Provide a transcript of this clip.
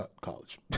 College